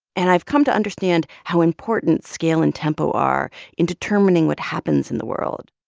and i've come to understand how important scale and tempo are in determining what happens in the world,